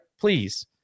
please